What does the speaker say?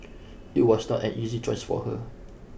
it was not an easy choice for her